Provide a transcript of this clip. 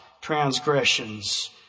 transgressions